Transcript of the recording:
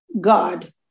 God